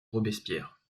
robespierre